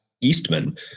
Eastman